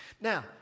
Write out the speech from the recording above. Now